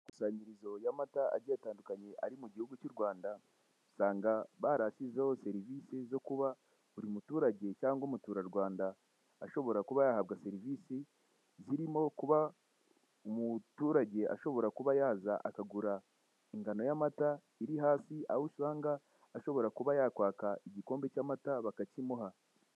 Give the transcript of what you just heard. Amakusanyirizo y'amata agiye atandukanye ari mu gihugu cy'u Rwanda, usanga barasizeho serivise zo kuba buri muturage, cyangwa umuturarwanda ashobora kuba yahabwa serivisi, nko kuba umuturage ashobora kuba yaza akagura ingano y'amata iri hafi aho usanga ashobora yakwaka igikombe cy'amata bakakimuha.